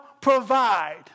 provide